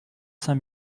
cinq